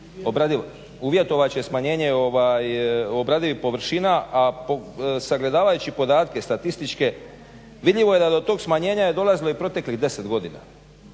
uvjetovat će smanjenje obradivih površina, a sagledavajući podatke statističke vidljivo je da je do tog smanjenja dolazilo i proteklih 10 godina,